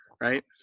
right